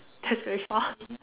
that's very far